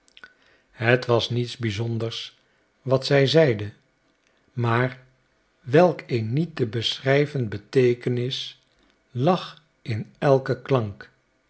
het was niets bizonders wat zij zeide maar welk een niet te beschrijven beteekenis lag in elken klank